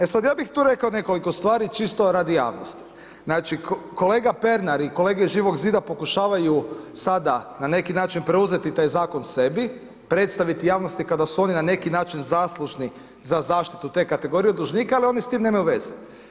E sad ja bi tu rekao nekoliko stvari čisto radi javnosti, znači kolega Pernar i kolege iz Živog zida pokušavaju sada na neki način preuzeti taj zakon sebi, predstaviti javnosti kao da su oni na neki način zaslužni za zaštitu te kategorije dužnika, ali oni s tim nemaju veze.